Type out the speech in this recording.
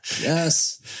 Yes